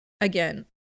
Again